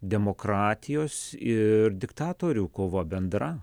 demokratijos ir diktatorių kova bendra